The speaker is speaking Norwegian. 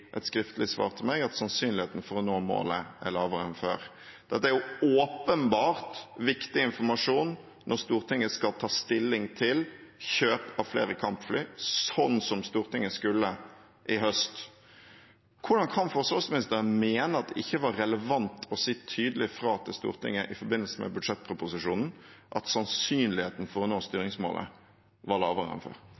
et skriftlig svar til meg at sannsynligheten for å nå målet er lavere enn før. Dette er åpenbart viktig informasjon når Stortinget skal ta stilling til kjøp av flere kampfly, som Stortinget skulle i høst. Hvordan kan forsvarsministeren mene at det ikke var relevant å si tydelig fra til Stortinget i forbindelse med budsjettproposisjonen at sannsynligheten for å nå